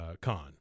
con